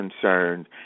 concerned